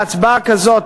בהצבעה כזאת,